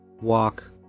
walk